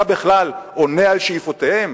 אתה בכלל עונה על שאיפותיהם?